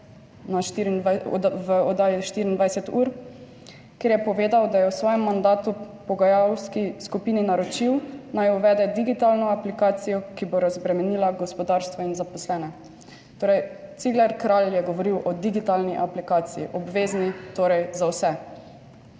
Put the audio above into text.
v oddaji 24 ur, kjer je povedal, da je v svojem mandatu pogajalski skupini naročil, naj uvede digitalno aplikacijo, ki bo razbremenila gospodarstvo in zaposlene. Torej, Cigler Kralj je govoril o digitalni aplikaciji, obvezni, torej za vse,